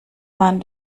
man